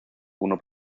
uno